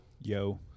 Yo